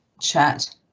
chat